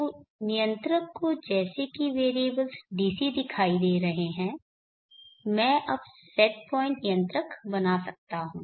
तो नियंत्रक को जैसा कि वेरिएबल्स DC दिखाई दे रहे हैं मैं अब एक सेट पॉइंट नियंत्रक बना सकता हूं